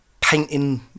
painting